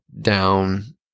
down